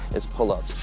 is pull ups.